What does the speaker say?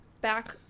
back